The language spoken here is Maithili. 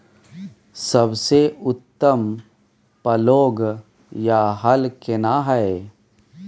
सबसे उत्तम पलौघ या हल केना हय?